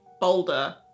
boulder